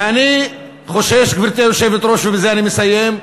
ואני חושש, גברתי היושבת-ראש, ובזה אני מסיים,